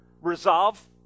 resolve